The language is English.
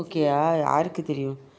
okay ah யாருக்கு தெரியும்:yaaruku theriyum